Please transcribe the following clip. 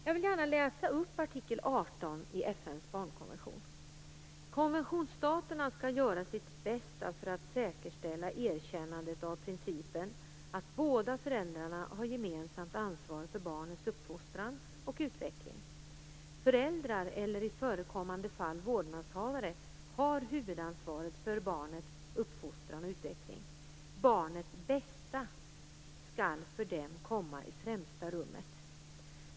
Jag vill gärna läsa upp artikel 18 i FN:s barnkonvention: Konventionsstaterna skall göra sitt bästa för att säkerställa erkännandet av principen att båda föräldrarna har gemensamt ansvar för barnets uppfostran och utveckling. Föräldrar eller, i förekommande fall, vårdnadshavare har huvudansvaret för barnets uppfostran och utveckling. Barnets bästa skall för dem komma i främsta rummet.